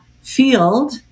field